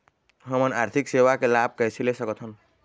हमन आरथिक सेवा के लाभ कैसे ले सकथन?